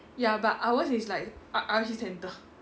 ya but ours is like R R_C centre